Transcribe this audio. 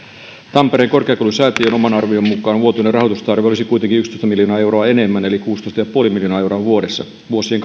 tampereen korkeakoulusäätiön oman arvion mukaan vuotuinen rahoitustarve olisi kuitenkin yksitoista miljoonaa euroa enemmän eli kuusitoista pilkku viisi miljoonaa euroa vuodessa vuosien